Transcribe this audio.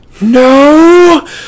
No